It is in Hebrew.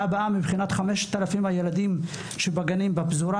הבאה מבחינת 5,000 הילדים שבגנים בפזורה,